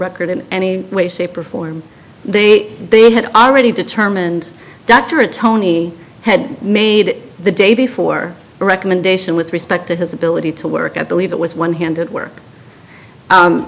record in any way shape or form the they had already determined dr tony had made the day before the recommendation with respect to his ability to work at believe it was one handed work